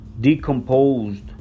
decomposed